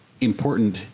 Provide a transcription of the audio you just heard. important